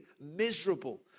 miserable